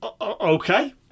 Okay